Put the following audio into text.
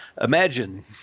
imagine